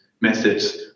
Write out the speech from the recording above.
methods